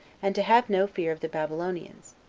and to have no fear of the babylonians,